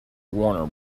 warner